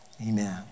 Amen